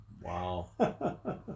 Wow